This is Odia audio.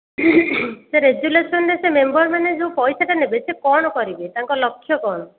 ସେ ରେଜୁଲେସନ୍ରେ ସେ ମେମ୍ବର୍ମାନେ ଯେଉଁ ପଇସାଟା ନେବେ ସେ କ'ଣ କରିବେ ତାଙ୍କ ଲକ୍ଷ୍ୟ କ'ଣ